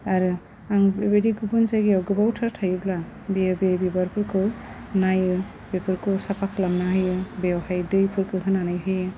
आरो आं बेबायदि गुबुन जायगायाव गोबावथार थायोब्ला बेयो बे बिबारफोरखौ नायो बेफोरखौ साफा खालामना होयो बेवहाय दैफोरखौ होनानै होयो